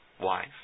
wife